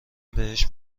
بهش